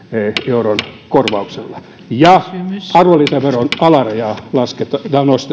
euron korvauksella ja arvonlisäveron alarajaa nostetaan eivätkö nämä olisi olleet